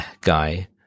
guy